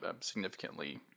significantly